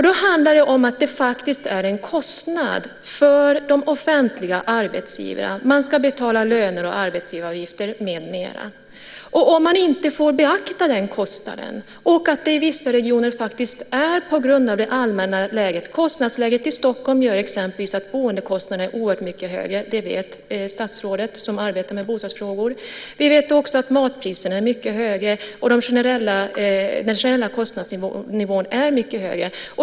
Då handlar det om att det faktiskt är en kostnad för de offentliga arbetsgivarna. Man ska betala löner och arbetsgivaravgifter med mera. Det allmänna kostnadsläget i Stockholm gör exempelvis att boendekostnaden är oerhört mycket högre. Det vet statsrådet, som arbetar med bostadsfrågor. Vi vet också att matpriserna är mycket högre. Den generella kostnadsnivån är mycket högre.